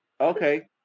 Okay